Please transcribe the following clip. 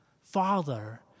Father